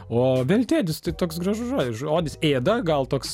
o veltėdis tai toks gražus žodis žodis ėda gal toks